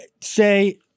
say